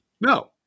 No